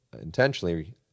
intentionally